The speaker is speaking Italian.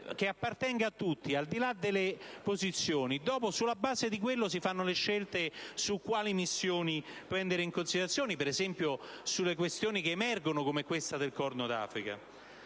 che appartenga a tutti, al di là delle posizioni. Soltanto dopo si farebbero le scelte su quali missioni prendere in considerazione, ad esempio su questioni che emergono come questa del Corno d'Africa.